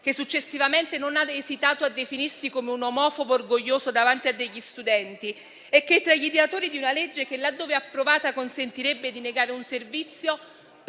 che successivamente non ha esitato a definirsi come un omofobo orgoglioso davanti a degli studenti, e tra gli ideatori di una legge che, laddove approvata, consentirebbe di negare un servizio